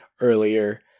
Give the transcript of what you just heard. earlier